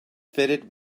fitted